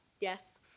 Yes